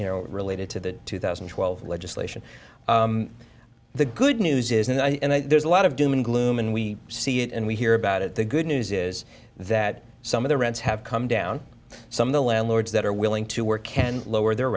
you know related to the two thousand and twelve legislation the good news is and there's a lot of doom and gloom and we see it and we hear about it the good news is that some of the rents have come down and some of the landlords that are willing to work can lower their